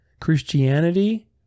Christianity